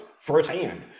firsthand